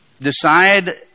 Decide